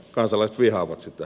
kansalaiset vihaavat sitä